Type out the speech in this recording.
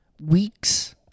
Weeks